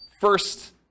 first